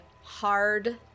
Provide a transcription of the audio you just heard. hard